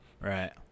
right